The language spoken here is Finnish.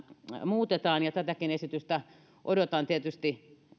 muutetaan ja tätäkin esitystä odotan tietysti